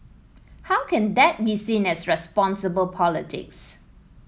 how can that be seen as responsible politics